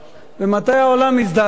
מתי העולם הזדעזע?